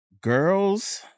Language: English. Girls